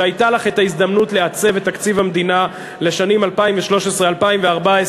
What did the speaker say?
שהייתה לך ההזדמנות לעצב את תקציב המדינה לשנים 2013 2014,